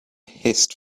hissed